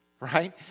Right